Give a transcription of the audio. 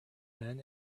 men